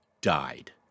died